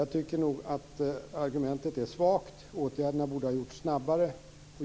Jag tycker nog att argumentet är svagt. Åtgärderna borde ha vidtagits snabbare.